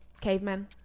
Cavemen